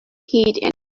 heat